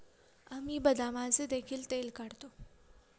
आम्ही बदामाचे देखील तेल काढतो